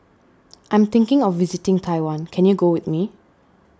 I'm thinking of visiting Taiwan can you go with me